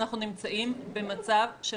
האמת היא שאנחנו נמצאים במצב של